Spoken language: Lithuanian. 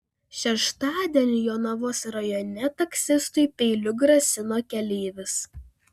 šeštadienį jonavos rajone taksistui peiliu grasino keleivis